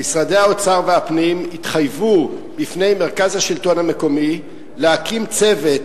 משרדי האוצר והפנים התחייבו בפני מרכז השלטון המקומי להקים צוות